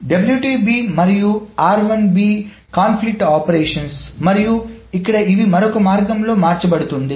కాబట్టి మరియు సంఘర్షణ ఆపరేషన్స్ మరియు ఇక్కడ ఇవి మరొక మార్గాల్లో మార్చబడుతుంది